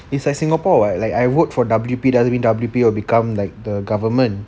it's like singapore [what] like I worked for W_P doesn't mean W_P will become like the government